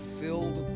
filled